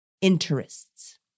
interests